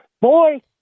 boy